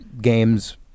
games